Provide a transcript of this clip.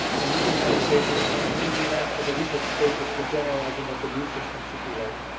and using that as a basis using that as a research basis for generalizing what the new system should be like,